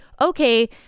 okay